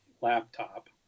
laptop